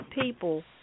people